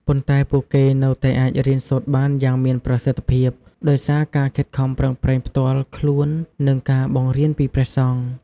ប៉ុន្តែពួកគេនៅតែអាចរៀនសូត្របានយ៉ាងមានប្រសិទ្ធភាពដោយសារការខិតខំប្រឹងប្រែងផ្ទាល់ខ្លួននិងការបង្រៀនពីព្រះសង្ឃ។